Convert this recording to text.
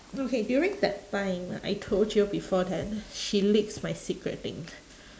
okay during that time I told you before that she leaks my secret thing